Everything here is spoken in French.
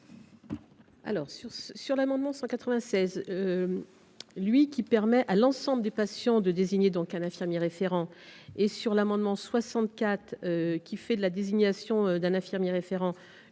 tant sur l’amendement n° 196, qui permet à l’ensemble des patients de désigner un infirmier référent, que sur l’amendement n° 64, qui tend à faire de la désignation d’un infirmier référent